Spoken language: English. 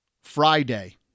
Friday